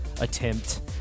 attempt